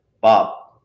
Bob